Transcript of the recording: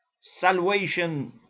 salvation